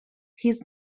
his